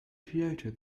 kyoto